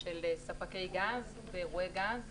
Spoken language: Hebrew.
של ספקי גז באירועי גז,